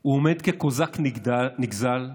הוא עומד כקוזק נגזל ואומר: